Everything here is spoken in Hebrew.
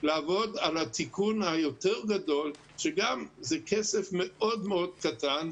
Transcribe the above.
לעבוד על התיקון היותר גדול, שגם זה כסף מאוד קטן,